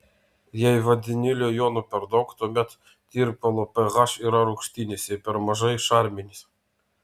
jei vandenilio jonų per daug tuomet tirpalo ph yra rūgštinis jei per mažai šarminis